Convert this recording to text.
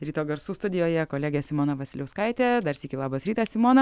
ryto garsų studijoje kolegė simona vasiliauskaitė dar sykį labas rytas simona